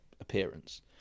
appearance